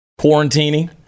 quarantining